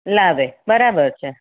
લાવે બરાબર છે